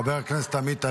חבר הכנסת עמית הלוי.